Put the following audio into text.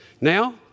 Now